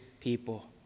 people